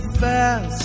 fast